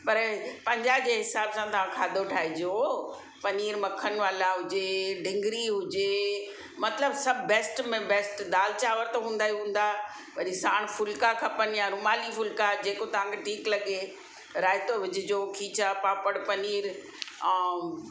पर पंजाहु जे हिसाब सां तव्हां खाधो ठाहिजो पनीर मखन वाला हुजे डींगरी हुजे मतिलबु सभु बेस्ट में बेस्ट दालि चांवर त हूंदा ई हूंदा वरी साण फुल्का खपनि या रुमाली फुल्का जेको तव्हांखे ठीकु लॻे रायतो विझजो खीचा पापड़ पनीर ऐं